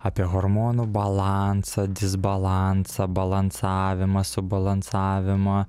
apie hormonų balansą disbalansą balansavimą subalansavimą